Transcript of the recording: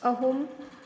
ꯑꯍꯨꯝ